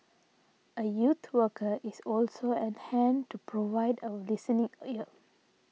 a youth worker is also and hand to provide a listening ear